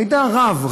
מידע רב,